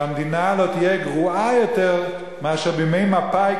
שהמדינה לא תהיה גרועה יותר מאשר בימי מפא"י,